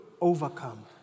overcome